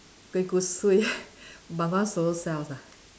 kuih kosui Bengawan solo sells ah